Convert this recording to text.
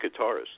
guitarist